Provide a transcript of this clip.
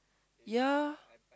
yea